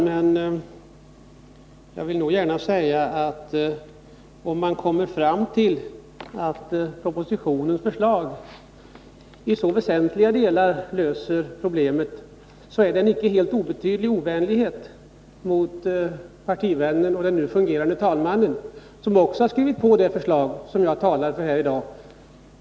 Men jag vill gärna säga, att om man kommer fram till att propositionens förslag i så väsentliga delar löser problemet så är det en icke helt obetydlig ovänlighet mot partivännen och den nu fungerande talmannen, som också har skrivit på det förslag jag talar för här i dag.